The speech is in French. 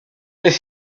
des